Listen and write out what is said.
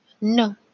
No